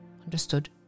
Understood